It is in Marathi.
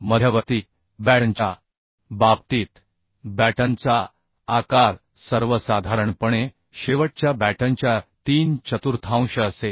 मध्यवर्ती बॅटनच्या बाबतीत बॅटनचा आकार सर्वसाधारणपणे शेवटच्या बॅटनच्या तीन चतुर्थांश असेल